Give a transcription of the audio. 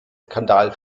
skandal